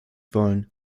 wollen